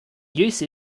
use